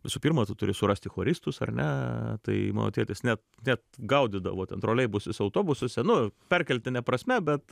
visų pirma tu turi surasti choristus ar ne tai mano tėtis net net gaudydavo ten troleibusuose autobusuose nu perkeltine prasme bet